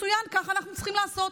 מצוין, כך אנו צריכים לעשות.